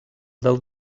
del